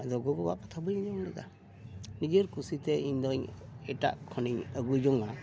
ᱟᱫᱚ ᱜᱚᱜᱚᱼᱵᱟᱵᱟᱣᱟᱜ ᱠᱟᱛᱷᱟ ᱵᱟᱹᱧ ᱟᱸᱡᱚᱢ ᱞᱮᱫᱟ ᱱᱤᱡᱮᱨ ᱠᱩᱥᱤ ᱛᱮ ᱤᱧ ᱫᱚᱧ ᱮᱴᱟᱜ ᱠᱷᱚᱱᱤᱧ ᱟᱹᱜᱩ ᱡᱚᱝᱟ